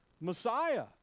Messiah